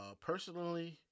personally